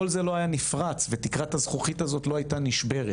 כל זה לא היה נפרץ ותקרת הזכוכית הזאת לא היתה נשברת.